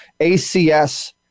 ACS